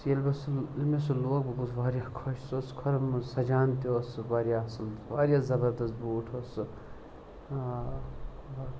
ییٚلہِ مےٚ سُہ ییٚلہِ مےٚ سُہ لوگ بہٕ گوس واریاہ خۄش سُہ اوس کھۄرَن منز سَجان تہِ اوس سُہ واریاہ اَصٕل واریاہ ذَبَردَس بوٗٹھ اوس سُہ آ باقی